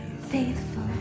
Faithful